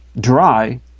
dry